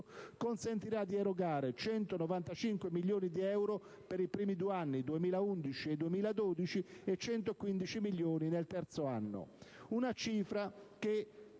consentirà di erogare 195 milioni di euro per i primi due anni (2011 e 2012) e 115 milioni nel terzo anno. Una cifra che